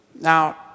Now